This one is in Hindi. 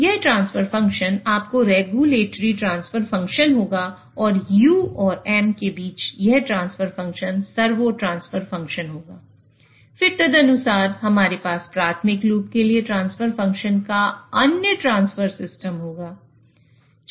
यह ट्रांसफर फंक्शन आपका रेगुलेटरी ट्रांसफर फंक्शन होगा और u और m के बीच यह transfer function servo transfer function का अन्य ट्रांसफर सिस्टम होगा